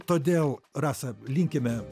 todėl rasa linkime